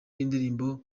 y’indirimbo